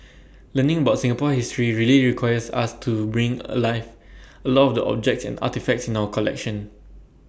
learning about Singapore history really requires us to bring alive A lot of objects and artefacts in our collection